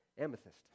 amethyst